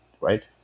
right